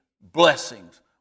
blessings